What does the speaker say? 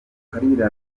kalira